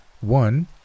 One